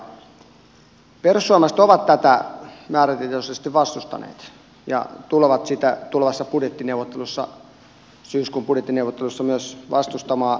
perussuomalaiset ovat tätä määrätietoisesti vastustaneet ja tulevat sitä tulevissa syyskuun budjettineuvotteluissa myös vastustamaan